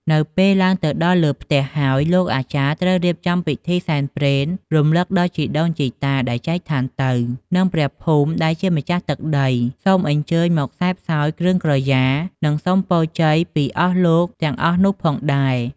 នៅពេលឡើងទៅដល់លើផ្ទះហើយ លោកអាចារ្យត្រូវរៀបចំពិធីសែនព្រេង រំឭកដល់ជីដូនជីតាដែលចែកឋានទៅ និងព្រះភូមិដែលជាម្ចាស់ទឹកដី សូមអញ្ជើញមកសេពសោយគ្រឿងក្រយាបូជា និងសុំពរជ័យពីអស់លោកទាំងអស់នោះផងដែរ។